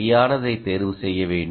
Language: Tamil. சரியானதை தேர்வு செய்ய வேண்டும்